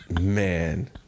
Man